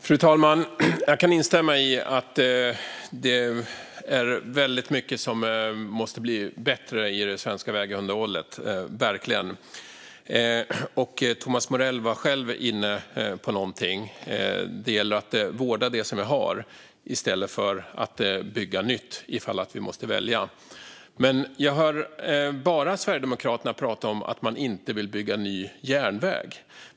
Fru talman! Jag kan instämma i att mycket verkligen måste bli bättre när det gäller det svenska vägunderhållet. Thomas Morell var själv inne på någonting; det gäller att vårda det vi har i stället för att bygga nytt, ifall vi måste välja. Men jag hör bara Sverigedemokraterna prata om att de inte vill att det ska byggas ny järnväg.